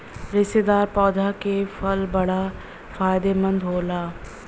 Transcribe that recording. रेशेदार पौधा के फल बड़ा फायदेमंद होला